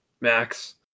Max